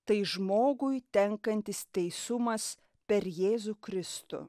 tai žmogui tenkantis teisumas per jėzų kristų